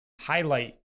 highlight